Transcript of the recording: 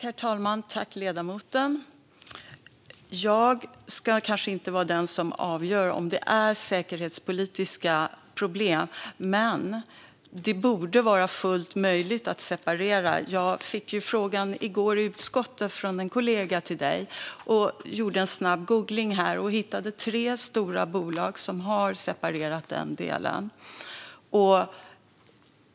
Herr talman! Tack, ledamoten! Jag ska kanske inte vara den som avgör om det finns säkerhetspolitiska problem. Men det borde vara fullt möjligt att separera. Jag fick frågan i utskottet av en kollega till Mathias Tegnér och gjorde en snabb googling, varvid jag hittade tre stora bolag som har separerat den delen.